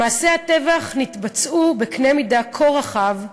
מעשי הטבח נתבצעו בקנה מידה כה רחב,